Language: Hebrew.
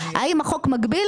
האם החוק מגביל?